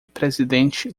presidente